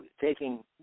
taking